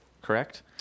correct